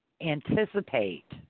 anticipate